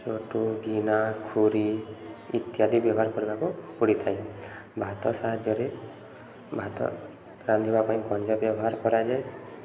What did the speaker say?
ଚଟୁ ଗିନା ଖୁରୀ ଇତ୍ୟାଦି ବ୍ୟବହାର କରିବାକୁ ପଡ଼ିଥାଏ ଭାତ ସାହାଯ୍ୟରେ ଭାତ ରାନ୍ଧିବା ପାଇଁ ଗଞ୍ଜ ବ୍ୟବହାର କରାଯାଏ